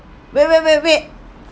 wait wait wait wait